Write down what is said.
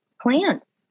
plants